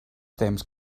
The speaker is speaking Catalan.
temps